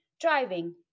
driving